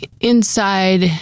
inside